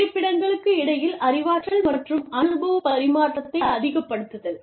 இருப்பிடங்களுக்கு இடையில் அறிவாற்றல் மற்றும் அனுபவ பரிமாற்றத்தை அதிகப்படுத்துதல்